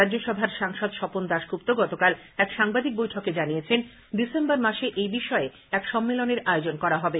রাজ্যসভার সাংসদ স্বপন দাশগুপ্ত গতকাল এক সাংবাদিক বৈঠকে জানিয়েছেন ডিসেম্বর মাসে এবিষয়ে এক সম্মেলনের আয়োজন করা হবে